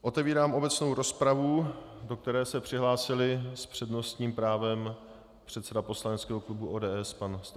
Otevírám obecnou rozpravu, do které se přihlásil s přednostním právem předseda poslaneckého klubu ODS pan Stanjura.